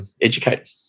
Educate